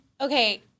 Okay